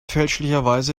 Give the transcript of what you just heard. fälschlicherweise